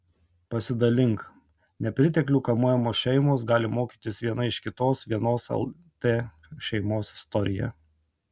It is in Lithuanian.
pasidalink nepriteklių kamuojamos šeimos gali mokytis viena iš kitos vienos lt šeimos istorija